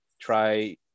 Try